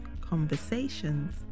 conversations